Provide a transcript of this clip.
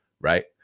right